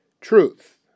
Truth